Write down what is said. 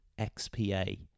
XPA